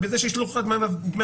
בזה שיש לו פחת מדמי אבטלה.